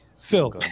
Phil